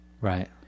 Right